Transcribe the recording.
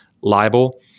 libel